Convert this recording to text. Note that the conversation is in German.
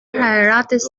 heiratete